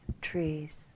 trees